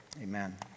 amen